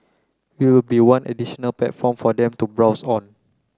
we will be one additional platform for them to browse on